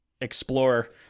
explore